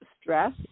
stress